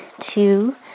two